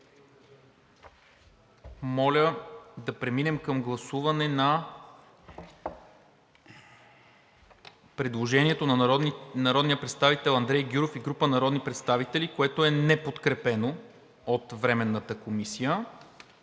Моля да преминем към гласуване на предложението на народния представител Андрей Гюров и група народни представители, което е неподкрепено от Временната комисия,